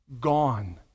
Gone